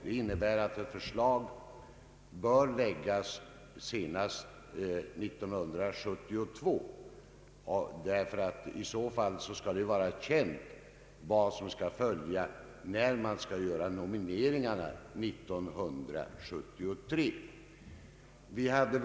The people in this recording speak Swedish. Detta innebär att förslag bör framläggas senast 1972 så att det blir känt vad som skall följa när nomineringarna för 1973 skall göras.